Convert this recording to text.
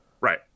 Right